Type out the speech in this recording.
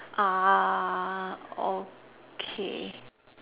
ah okay